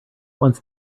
once